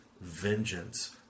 vengeance